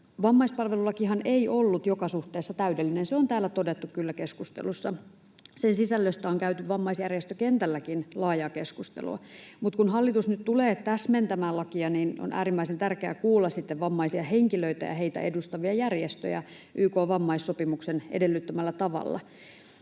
Vammaispalvelulakihan ei ollut joka suhteessa täydellinen, se on täällä todettu kyllä keskustelussa. Sen sisällöstä on käyty vammaisjärjestökentälläkin laajaa keskustelua, mutta kun hallitus nyt tulee täsmentämään lakia, niin on äärimmäisen tärkeää kuulla sitten vammaisia henkilöitä ja heitä edustavia järjestöjä YK:n vammaissopimuksen edellyttämällä tavalla.